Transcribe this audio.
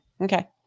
Okay